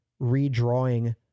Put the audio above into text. redrawing